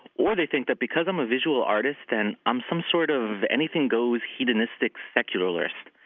or they think that, because i'm a visual artist, then i'm some sort of anything goes, hedonistic secularist,